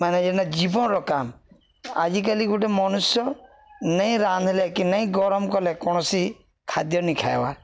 ମାନେ ଯେନ୍ଚା ଜୀବନର କାମ୍ ଆଜିକାଲି ଗୋଟେ ମନୁଷ୍ୟ ନେଇ ରାନ୍ଧିଲେ କି ନାଇଁ ଗରମ କଲେ କୌଣସି ଖାଦ୍ୟ ନି ଖାଇବା